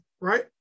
right